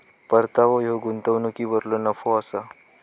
परतावो ह्यो गुंतवणुकीवरलो नफो असा